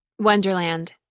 Wonderland